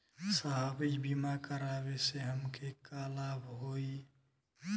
साहब इ बीमा करावे से हमके का लाभ होई?